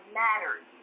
matters